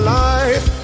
life